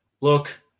look